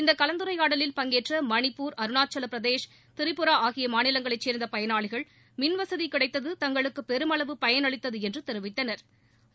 இந்த கலந்துரையாடலில் பங்கேற்ற மணிப்பூர் அருணாச்சல பிரதேஷ் திரிபுரா ஆகிய மாநிலங்களை சேர்ந்த பயனாளிகள் மின்வசதி கிடைத்தது தங்களுக்கு பெருமளவு பயனளித்தது என்று தெரிவித்தனா்